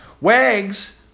wags